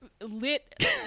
lit